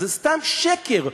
זה סתם שקר,